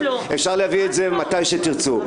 אפשר להביא את זה מתי שתרצו.